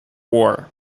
war